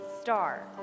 star